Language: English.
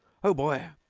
ho boy,